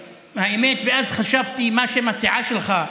האמת, ואז חשבתי מה שם הסיעה שלך: